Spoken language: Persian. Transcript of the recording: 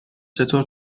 چطور